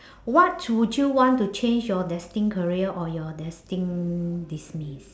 what would you want to change your destined career or your destined demise